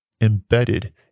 embedded